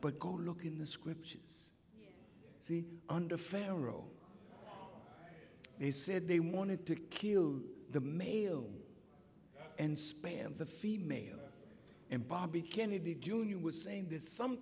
but go look in the scriptures see under pharaoh they said they wanted to kill the male and spam the female and bobby kennedy jr was saying this some